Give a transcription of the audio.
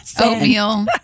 oatmeal